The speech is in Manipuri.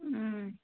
ꯎꯝ